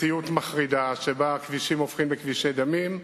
מציאות מחרידה, שבה הכבישים הופכים לכבישי דמים,